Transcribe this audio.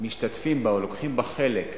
שמשתתפים בה, או לוקחים בה חלק,